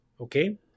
Okay